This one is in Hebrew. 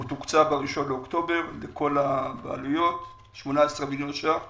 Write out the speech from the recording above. הוא תוקצב ב-1 באוקטובר לכל הבעלויות 18 מיליון שקלים הועברו.